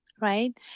right